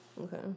Okay